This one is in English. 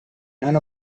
none